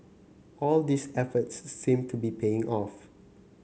all these efforts seem to be paying off